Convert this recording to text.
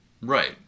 Right